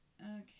okay